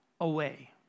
away